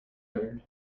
heard